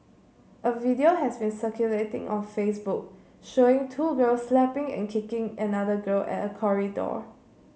a video has been circulating on Facebook showing two girls slapping and kicking another girl at a corridor